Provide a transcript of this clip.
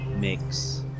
mix